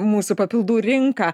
mūsų papildų rinką